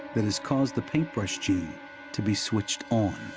that has caused the paintbrush gene to be switched on.